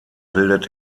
bildet